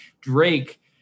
drake